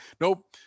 nope